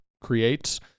creates